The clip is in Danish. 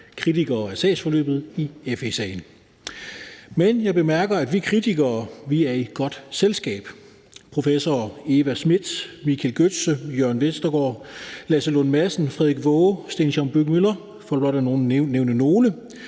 kritikere af sagsforløbet i FE-sagen. Men jeg bemærker, at vi kritikere er i godt selskab. Der er professorer Eva Smith, Michael Gøtze, Jørn Vestergaard, Lasse Lund Madsen, Frederik Waage, Sten Schaumburg-Müller for blot at nævne nogle.